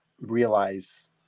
realize